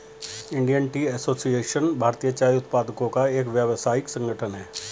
Indian tea association भारतीय चाय उत्पादकों का एक व्यावसायिक संगठन है